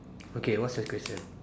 okay what's the question